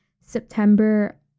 September